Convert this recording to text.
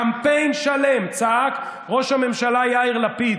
קמפיין שלם צעק ראש הממשלה יאיר לפיד,